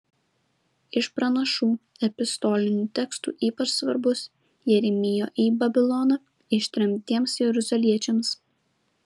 iš pranašų epistolinių tekstų ypač svarbus jeremijo į babiloną ištremtiems jeruzaliečiams